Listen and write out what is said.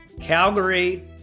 Calgary